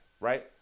right